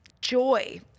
joy